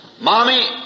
Mommy